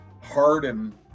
harden